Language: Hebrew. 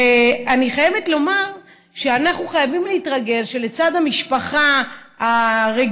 ואני חייבת לומר שאנחנו חייבים להתרגל לכך שלצד המשפחה הרגילה,